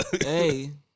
Hey